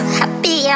happy